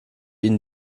ihnen